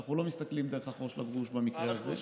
אנחנו לא מסתכלים דרך החור של הגרוש במקרה הזה,